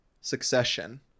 succession